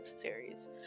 series